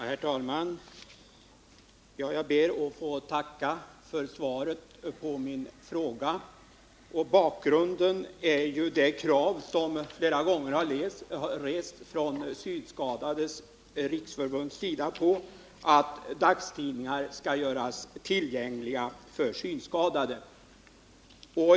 Herr talman! Jag ber att få tacka utbildningsministern för svaret på min fråga. Bakgrunden till den är det krav som flera gånger har rests från Synskadades riksförbunds sida på att dagstidningar skall göras tillgängliga för synskadade.